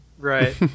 Right